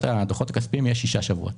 הדוחות הכספיים יהיה תוך שישה שבועות.